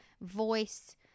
voice